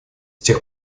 тех